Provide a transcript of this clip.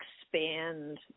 expand